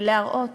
ולהראות